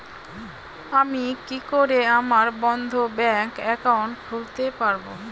আমি কি করে আমার বন্ধ ব্যাংক একাউন্ট খুলতে পারবো?